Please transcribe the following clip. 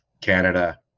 Canada